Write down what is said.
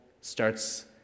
starts